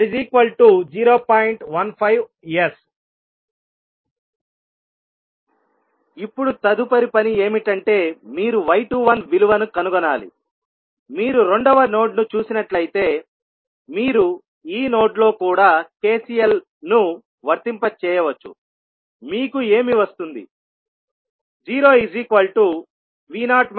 15S ఇప్పుడు తదుపరి పని ఏమిటంటే మీరు y21 విలువను కనుగొనాలిమీరు రెండవ నోడ్ను చూసినట్లయితే మీరు ఈ నోడ్లో కూడా కెసిఎల్ను వర్తింప చేయవచ్చుమీకు ఏమి వస్తుంది